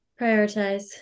prioritize